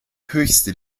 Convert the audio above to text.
höchste